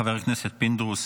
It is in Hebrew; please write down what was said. חבר הכנסת פינדרוס,